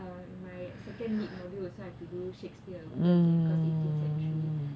in my second literature module also I have to do shakespeare again because eighteenth century